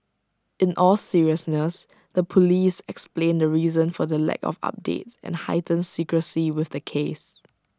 in all seriousness the Police explained the reason for the lack of updates and heightened secrecy with the case